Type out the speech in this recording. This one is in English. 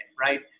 right